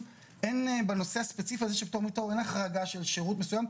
בנושא הספציפי הזה אין החרגה של שירות מסוים,